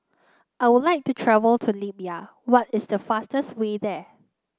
I would like to travel to Libya why is the fastest way there